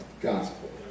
Gospel